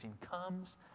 comes